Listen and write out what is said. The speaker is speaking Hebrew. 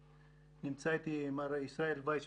נמצא איתי מר ישראל ווייס,